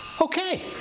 Okay